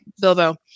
Bilbo